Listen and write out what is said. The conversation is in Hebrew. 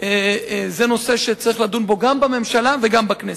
זה נושא שצריך לדון בו גם בממשלה וגם בכנסת.